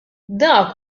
dak